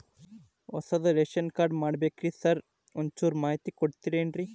ಹೊಸದ್ ration card ಮಾಡ್ಬೇಕ್ರಿ sir ಒಂಚೂರ್ ಮಾಹಿತಿ ಕೊಡ್ತೇರೆನ್ರಿ?